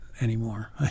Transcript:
anymore